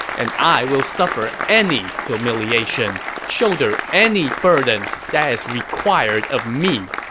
and i will suffer any humiliation, shoulder any burden that is required of me.